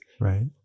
right